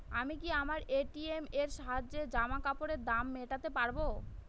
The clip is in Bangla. আমি কি আমার এ.টি.এম এর সাহায্যে জামাকাপরের দাম মেটাতে পারব?